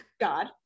God